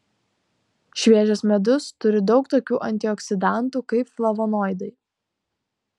šviežias medus turi daug tokių antioksidantų kaip flavonoidai